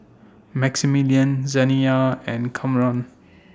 Maximillian Zaniyah and Kamron